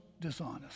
dishonest